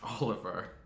Oliver